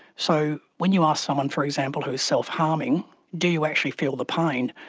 so when you ask someone, for example, who is self-harming, do you actually feel the pain?